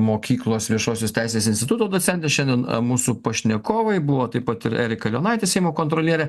mokyklos viešosios teisės instituto docentė šiandien mūsų pašnekovai buvo taip pat ir erika leonaitė seimo kontrolierė